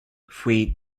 fuit